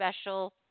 special